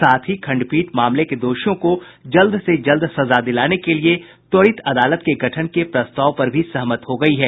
साथ ही खंडपीठ मामले के दोषियों को जल्द से जल्द सजा दिलाने के लिए त्वरित अदालत के गठन के प्रस्ताव पर भी सहमत हो गई है